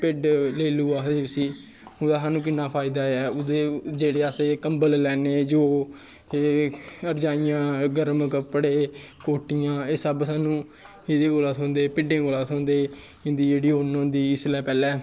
भेड लेलू आखदे जिस्सी ओह् सानू किन्ना फायदा ऐ अस कंबल लैन्नें जो रजाइयां गर्म कपड़े एह् सब सानू एह्दे कोला थ्होंदे भिड्डें कोला दा थ्होंदे इं'दी जेह्ड़ी उन्न होंदी इसलै कोला पैह्लें